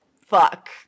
Fuck